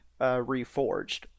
Reforged